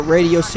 Radio